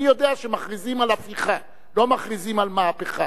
אני יודע שמכריזים על הפיכה, לא מכריזים על מהפכה.